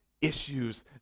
issues